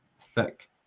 thick